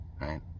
right